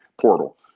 portal